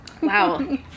Wow